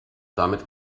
damit